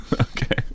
Okay